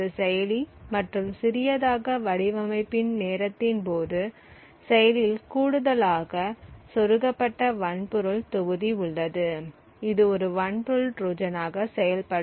ஒரு செயலி மற்றும் சிறியதாக வடிவமைப்பின் நேரத்தின் போது செயலியில் கூடுதலாக சொருகப்பட்ட வன்பொருள் தொகுதி உள்ளது இது ஒரு வன்பொருள் ட்ரோஜனாக செயல்படும்